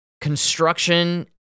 construction